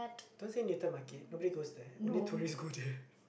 don't say newton market nobody goes there only tourist go there